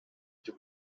cyo